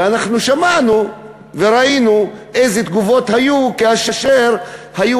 אנחנו שמענו וראינו איזה תגובות היו כאשר היו